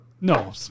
No